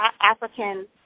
African